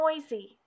noisy